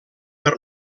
per